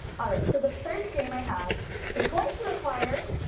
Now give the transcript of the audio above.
all right so the first game i have is going to require